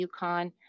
UConn